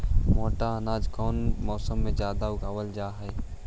मोटा अनाज कौन मौसम में जादे उगावल जा हई?